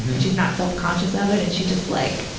and she's not self-conscious of it, and she just like,